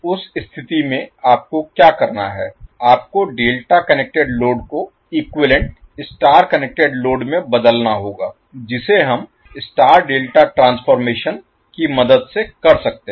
उस स्थिति में आपको क्या करना है आपको डेल्टा कनेक्टेड लोड को इक्विवैलेन्ट स्टार कनेक्टेड लोड में बदलना होगा जिसे हम स्टार डेल्टा ट्रांसफॉर्मेशन की मदद से कर सकते हैं